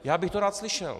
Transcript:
Já bych to rád slyšel.